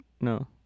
No